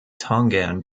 tongan